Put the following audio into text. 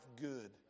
good